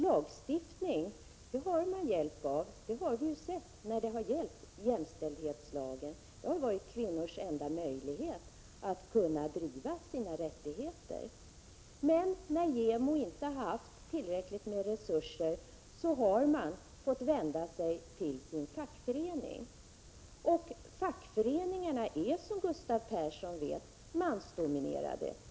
Jämställdhetslagen har visat oss att man har hjälp av en lagstiftning. Denna lag har givit kvinnor deras enda möjlighet att hävda sina rättigheter. Men när JämO inte haft tillräckligt med resurser har man fått vända sig till sin fackförening. Och fackföreningarna är, som Gustav Persson vet, mansdominerade.